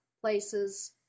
places